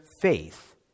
faith